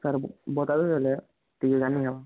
sir